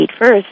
first